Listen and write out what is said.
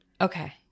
Okay